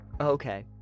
Okay